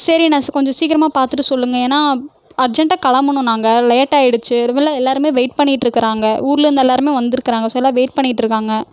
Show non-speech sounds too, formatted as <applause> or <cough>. சரிணா ஸ் கொஞ்சம் சீக்கிரமாக பார்த்துட்டு சொல்லுங்க ஏனால் அர்ஜென்டாக கிளம்பணும் நாங்கள் லேட்டாயிடுச்சு <unintelligible> எல்லோருமே வெயிட் பண்ணிக்கிட்டிருக்கறாங்க ஊர்லருந்து எல்லாருமே வந்திருக்கிறாங்க ஸோ எல்லா வெயிட் பண்ணிகிட்ருக்காங்க